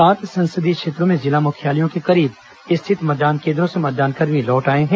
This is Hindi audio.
सात संसदीय क्षेत्रों में जिला मुख्यालय के करीब स्थित मतदान केन्द्रों से मतदानकर्मी लौट आए हैं